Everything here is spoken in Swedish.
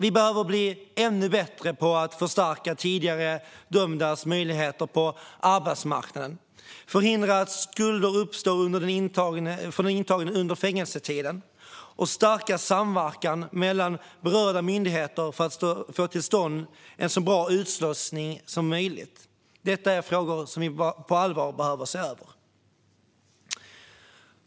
Vi behöver bli ännu bättre på att förstärka tidigare dömdas möjligheter på arbetsmarknaden, förhindra att skulder uppstår för den intagne under fängelsetiden och stärka samverkan mellan berörda myndigheter för att få till stånd en så bra utslussning som möjligt. Detta är frågor som vi på allvar behöver se över.